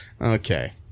Okay